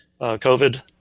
COVID